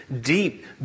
deep